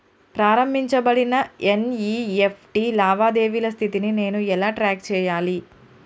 ప్రారంభించబడిన ఎన్.ఇ.ఎఫ్.టి లావాదేవీల స్థితిని నేను ఎలా ట్రాక్ చేయాలి?